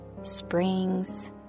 springs